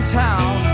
town